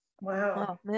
Wow